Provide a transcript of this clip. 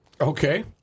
okay